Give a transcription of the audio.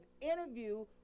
interview